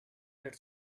that